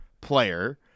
player